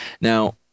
Now